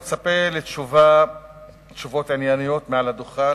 אני מצפה לתשובות ענייניות מעל הדוכן,